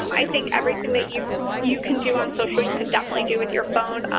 i think everything that you you can do on social you can definitely do with your phone,